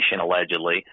allegedly